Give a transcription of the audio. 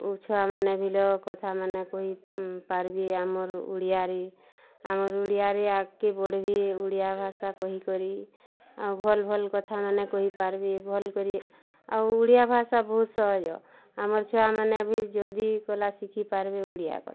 ଓ ଛୁଆମାନେ ବିଲ କଥା ମାନେ କହି ପାରବେ ଆମର୍ ଓଡ଼ିଆରେ ଆମର୍ ଓଡ଼ିଆରେ ଆଗକେ ବଢ଼ବେ ଓଡ଼ିଆ ଭାଷା କହିକରି ଆଉ ଭଲ୍ ଭଲ୍ କଥା ମାନେ କହିପାରବେ ଭଲ୍ କରି ଆଉ ଓଡ଼ିଆ ଭାଷା ବହୁତ୍ ସହଜ ଆମର୍ ଛୁଆମାନେ ବି ଜଲ୍ଦି କଲା ଶିଖିପାରିବେ ଓଡ଼ିଆ କଥା